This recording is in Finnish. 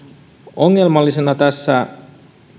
ongelmallisena tässä